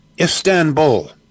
Istanbul